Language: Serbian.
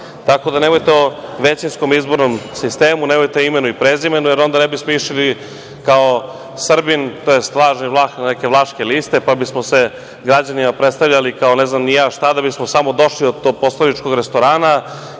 da, nemojte o većinskom izbornom sistemu, nemojte o imenu i prezimenu, jer onda ne bi smo išli kao Srbin, tj. lažni Vlah na neke vlaške liste, pa bi smo se građanima predstavljali kao ne znam ni ja šta da bi smo samo došli do tog poslaničkog restorana